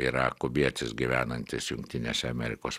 yra kubietis gyvenantis jungtinėse amerikos